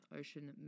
ocean